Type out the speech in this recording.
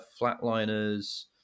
Flatliners